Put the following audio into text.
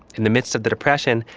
in the midst of the depression,